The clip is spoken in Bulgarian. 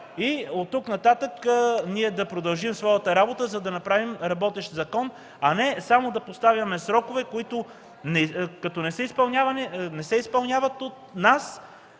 и оттук нататък да продължим своята работа, за да направим работещ закон, а не само да поставяме срокове, които като не се изпълняват,